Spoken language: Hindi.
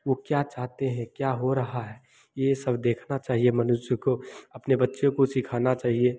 वह क्या चाहते हैं क्या हो रहा है यह सब देखना चाहिए मनुष्य को अपने बच्चों को सिखाना चाहिए